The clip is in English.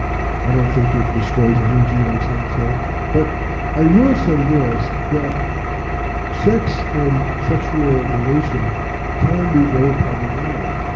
i don't think it destroys energy, like some say but i will say this, that sex and sexual relations can be very problematic. yeah